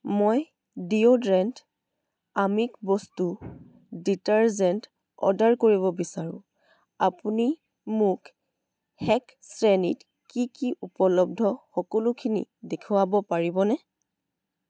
মই ডিঅ'ড্ৰেণ্ট আমিষ বস্তু ডিটাৰজেন্ট অৰ্ডাৰ কৰিব বিচাৰোঁ আপুনি মোক শেষ শ্ৰেণীত কি কি উপলব্ধ সকলোখিনি দেখুৱাব পাৰিবনে